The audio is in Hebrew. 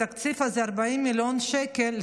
בתקציב הזה: 40 מיליון שקל,